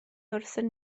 wrthon